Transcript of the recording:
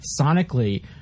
sonically